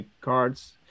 cards